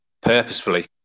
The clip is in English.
purposefully